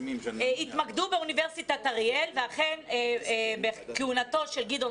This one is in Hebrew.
התמקדו באוניברסיטת אריאל ואכן בכהונתו של גדעון